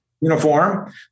uniform